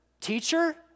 teacher